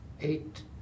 eight